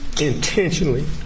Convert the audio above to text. intentionally